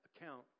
account